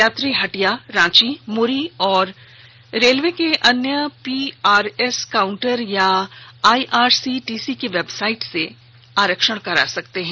यात्री हटिया रांची मुरी व रेलवे के अन्य पीआरएस काउंटर या आइआरसीटीसी की वेबसाइट के माध्यम से आरक्षण करा सकते हैं